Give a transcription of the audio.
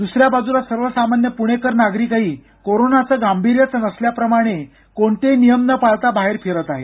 द्सऱ्या बाजूला सर्वसामान्य पुणेकर नागरिकही कोरोनाचं गांभीर्यच नसल्याप्रमाणे कोणतेही नियम न पाळता बाहेर फिरत आहेत